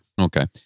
okay